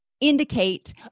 indicate